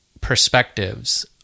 perspectives